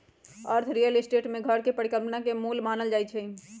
अर्थ real estate में घर के परिकल्पना के मूल मानल जाई छई